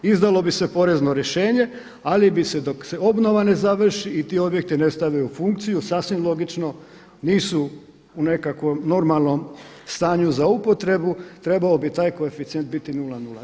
Izdalo bi se porezno rješenje, ali bi se dok se obnova ne završi i ti objekti ne stave u funkciju sasvim logično nisu u nekakvom normalnom stanju za upotrebu, trebao bi taj koeficijent biti 0.0.